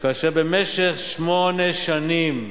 כאשר במשך שמונה שנים,